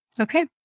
Okay